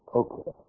okay